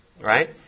right